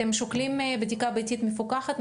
אתם שוקלים בדיקה ביתית מפוקחת,